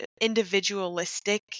individualistic